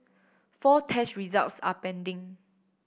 four test results are pending